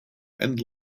and